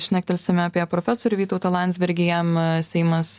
šnektelsime apie profesorių vytautą landsbergį jam seimas